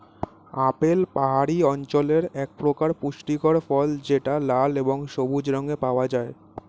apple পাহাড়ি অঞ্চলের একপ্রকার পুষ্টিকর ফল যেটা লাল এবং সবুজ রঙে পাওয়া যায়